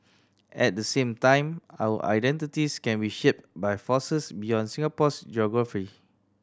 at the same time our identities can be shaped by forces beyond Singapore's geography